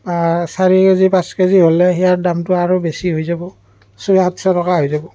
বা চাৰি K G পাঁচ কে জি হ'লে ইয়াৰ দামটো আৰু বেছি হৈ যাব ছয় সাতশ টকা হৈ যাব